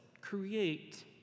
create